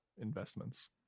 investments